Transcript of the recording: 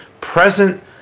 present